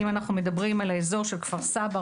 אם אנחנו מדברים על האזור של כפר סבא,